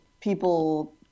people